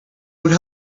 would